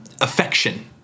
affection